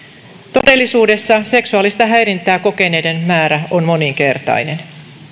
todellisuudessa seksuaalista häirintää kokeneiden määrä on moninkertainen